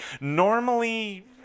Normally